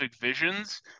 visions